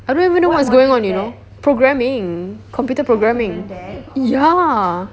I don't even know what's going on you know programming computer programming ya